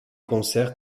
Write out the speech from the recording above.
concerts